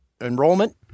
enrollment